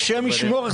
השם ישמור.